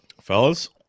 fellas